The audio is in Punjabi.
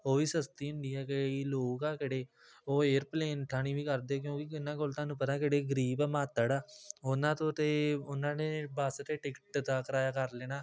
ਉਹ ਵੀ ਸਸਤੀ ਹੁੰਦੀ ਹੈ ਕਈ ਲੋਕ ਆ ਜਿਹੜੇ ਉਹ ਏਅਰਪਲੇਨ ਥਾਣੀ ਵੀ ਕਰਦੇ ਕਿਉਂਕਿ ਇਹਨਾਂ ਕੋਲ ਤੁਹਾਨੂੰ ਪਤਾ ਜਿਹੜੇ ਗਰੀਬ ਆ ਮਾਤੜ ਆ ਉਹਨਾਂ ਤੋਂ ਅਤੇ ਉਹਨਾਂ ਨੇ ਬੱਸ 'ਤੇ ਟਿਕਟ ਦਾ ਕਿਰਾਇਆ ਕਰ ਲੈਣਾ